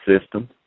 system